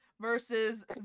versus